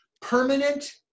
Permanent